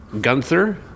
Gunther